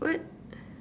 what